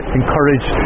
encourage